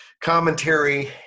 commentary